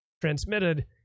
transmitted